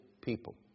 people